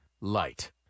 LIGHT